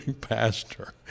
pastor